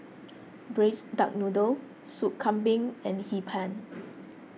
Braised Duck Noodle Sop Kambing and Hee Pan